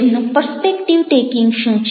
તેમનું perspective taking શું છે